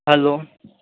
hello